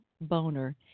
Boner